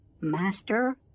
Master